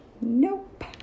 nope